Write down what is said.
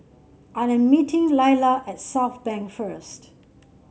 I am meeting Leila at Southbank first